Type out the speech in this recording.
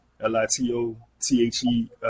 L-I-T-O-T-H-E